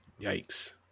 Yikes